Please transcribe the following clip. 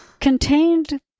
contained